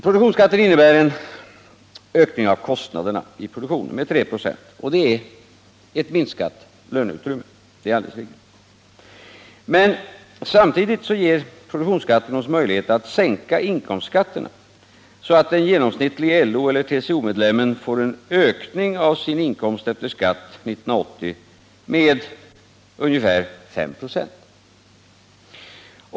Produktionsskatten innebär en ökning av kostnaderna i produktionen med 3 "b. Det är ett minskat löneutrymme — det är alldeles riktigt. Men samtidigt ger produktionsskatten oss möjlighet att sänka inkomstskatterna så att den genomsnittlige LO eller TCO-medlemmen får en ökning av sin inkomst efter skatt 1980 med ungefär 5 ”,.